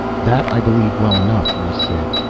that i believe well enough, rhes said,